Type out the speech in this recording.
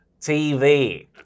TV